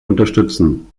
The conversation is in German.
unterstützen